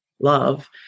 love